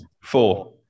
Four